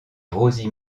rosie